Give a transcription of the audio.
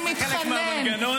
זה חלק מהמערכת?